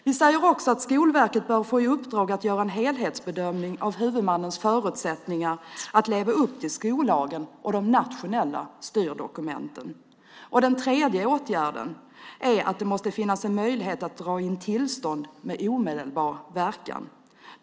Vi säger också att Skolverket bör få i uppdrag att göra en helhetsbedömning av huvudmannens förutsättningar att leva upp till skollagen och de nationella styrdokumenten. Den tredje åtgärden är att det måste finnas en möjlighet att dra in tillstånd med omedelbar verkan.